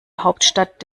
hauptstadt